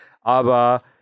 Aber